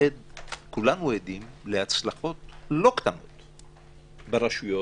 כולנו עדים להצלחות לא קטנות ברשויות,